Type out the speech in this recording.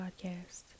podcast